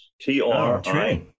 T-R-I